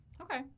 Okay